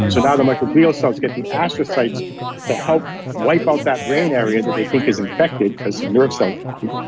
and so now the microglial cells get the astrocytes to help wipe out that brain area that they think is infected because some nerve cells died,